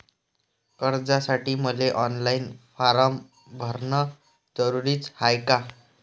कर्जासाठी मले online form भरन जरुरीच हाय का?